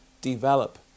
develop